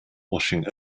washing